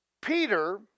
Peter